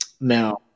now